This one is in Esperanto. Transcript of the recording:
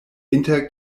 inter